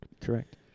Correct